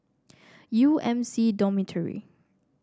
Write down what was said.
U M C Dormitory